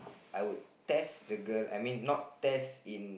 I would test the girl I mean not test in